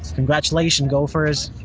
congratulations gophers,